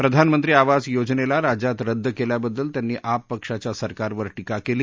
प्रधानमंत्री आवास योजनेला राज्यात रद्द केल्याबद्दल त्यांनी आप पक्षाच्या सरकारवर टीका केली